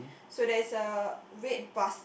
so there's a red bus